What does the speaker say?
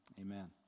Amen